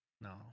No